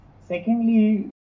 Secondly